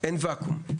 אין וואקום.